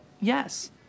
yes